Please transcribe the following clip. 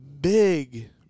big